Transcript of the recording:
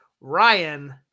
Ryan